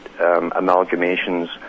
amalgamations